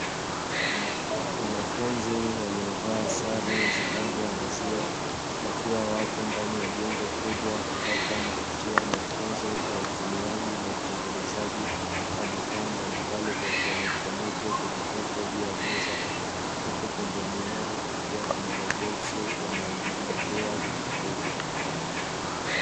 Wanafunzi waliovaa sare za rangi ya maziwa wakiwa wapo ndani ya jengo kubwa. Ambapo wanapatiwa mafunzo ya utumiaji na utengenezaji wa vifaa mbalimbali vya kielektroniki vilivyoko juu ya meza. Huku pembeni yao kukiwa kuna maboksi yanayohifadhia vitu hivyo.